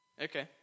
Okay